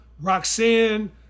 Roxanne